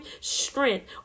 strength